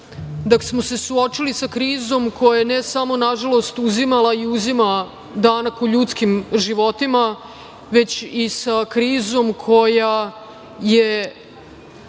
dok smo se suočili sa krizom koja je ne samo, nažalost, uzimala i uzima danak u ljudskim životima, već i sa krizom koja je